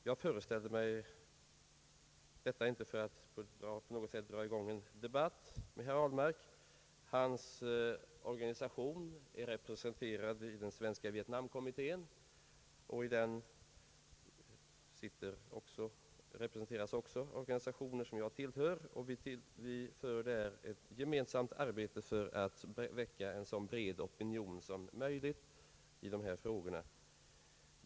Jag säger inte detta för att dra i gång en debatt med herr Ahlmark. Hans Organisation är representerad i den svenska vietnamkommittén, och i denna kommitté representeras också organisationer som jag tillhör. Vi utför där ett gemensamt arbete för att väcka en så bred opinion som möjligt i dessa frågor.